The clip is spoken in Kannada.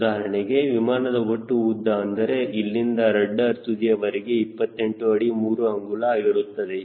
ಉದಾಹರಣೆಗೆ ವಿಮಾನದ ಒಟ್ಟು ಉದ್ದ ಅಂದರೆ ಇಲ್ಲಿಂದ ರಡ್ಡರ್ ತುದಿಯವರೆಗೆ 28 ಅಡಿ 3 ಅಂಗುಲ ಆಗುತ್ತದೆ